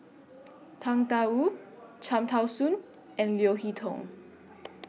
Tang DA Wu Cham Tao Soon and Leo Hee Tong